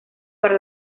para